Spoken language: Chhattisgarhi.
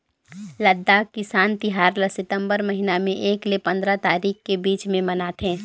लद्दाख किसान तिहार ल सितंबर महिना में एक ले पंदरा तारीख के बीच में मनाथे